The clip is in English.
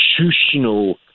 institutional